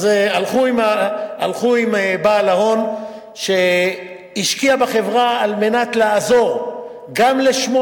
הלכו עם בעל ההון שהשקיע בחברה על מנת לעזור גם לשמו